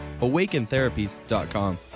AwakenTherapies.com